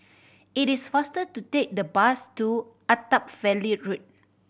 it is faster to take the bus to Attap Valley Road